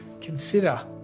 Consider